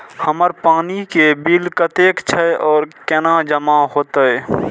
हमर पानी के बिल कतेक छे और केना जमा होते?